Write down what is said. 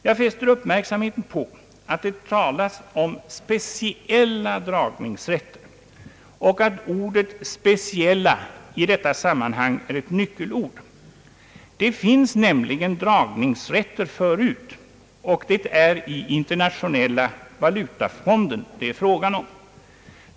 Jag fäster uppmärksamheten på att det talas om speciella dragningsrätter och att ordet speciella i detta sammanhang är ett nyckelord. Det finns nämligen dragningsrätter förut, och det är fråga om Internationella valutafonden.